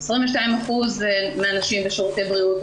22% מהנשים בשירותי בריאות,